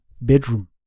bedroom